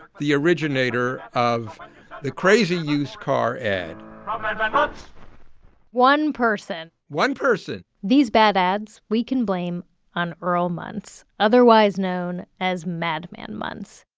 the originator of the crazy used car ad from ah madman muntz one person one person these bad ads we can blame on earl muntz, otherwise known as madman muntz.